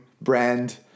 brand